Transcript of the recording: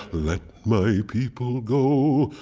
let my yeah people go!